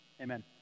Amen